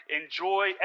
enjoy